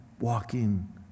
walking